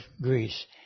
Greece